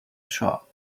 shop